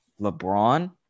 LeBron